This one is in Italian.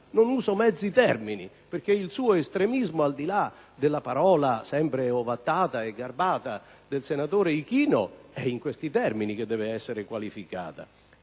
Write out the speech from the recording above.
Non uso mezzi termini perché il suo estremismo, al di là della sua parola sempre ovattata e garbata, è in questi termini che deve essere qualificato.